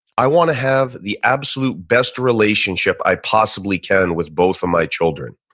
i want to have the absolute best relationship i possibly can with both of my children.